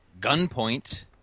Gunpoint